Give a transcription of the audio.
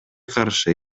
каршы